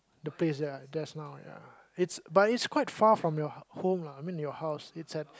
the place that just now but it's quite far from your home lah I mean your house it's at the place that I just now ya